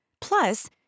Plus